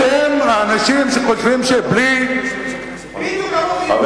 אתם האנשים שחושבים, בדיוק כמוכם, חבר